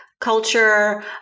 Culture